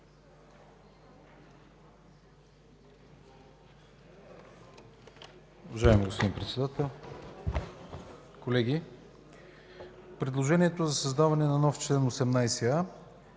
Уважаеми господин Председател, колеги! Предложението за създаване на нов чл. 18а